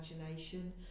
imagination